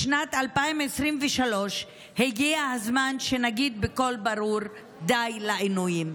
בשנת 2023 הגיע הזמן שנגיד בקול ברור: די לעינויים.